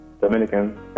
dominican